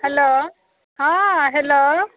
hello हँ hello